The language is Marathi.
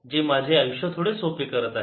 जे माझे आयुष्य थोडे सोपे करत आहे